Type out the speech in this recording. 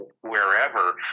wherever